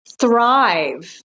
thrive